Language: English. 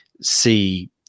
see